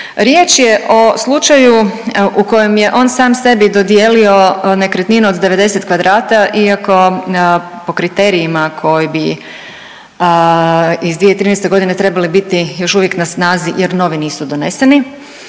Riječ je o slučaju u kojem je on sam sebi dodijelio nekretninu od 90 kvadrata iako po kriterijima koji bi iz 2013.g. trebali biti još uvijek na snazi jer novi nisu doneseni,